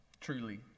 Truly